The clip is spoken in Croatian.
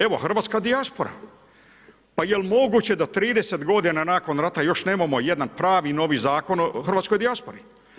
Evo hrvatska dijaspora, pa jel moguće da 30 godina nakon rata nemamo još jedan pravi novi zakon o hrvatskoj dijaspori?